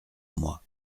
moi